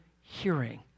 hearing